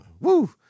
Woo